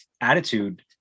attitude